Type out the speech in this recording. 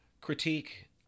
critique